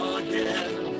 again